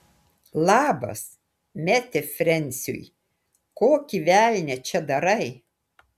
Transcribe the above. labas metė frensiui kokį velnią čia darai